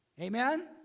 Amen